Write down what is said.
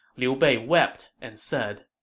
liu bei wept and said,